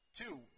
Two